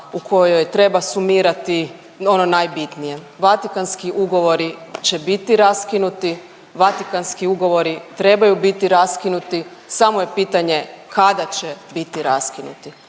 u kojoj treba sumirati ono najbitnije. Vatikanski ugovori će biti raskinuti, Vatikanski ugovori trebaju biti raskinuti samo je pitanje kada će biti raskinuti.